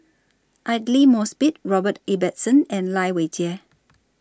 Aidli Mosbit Robert Ibbetson and Lai Weijie